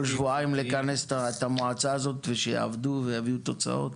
צריך כל שבועיים לכנס את המועצה הזאת ושיעבדו ויביאו תוצאות.